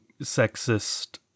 sexist